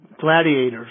Gladiators